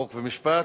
חוק ומשפט.